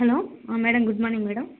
hello madam good morning madam